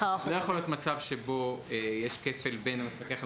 לא יכול להיות מצב שבו יש כפל בין המפקח על